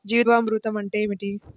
జీవామృతం అంటే ఏమిటి?